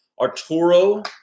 arturo